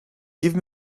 give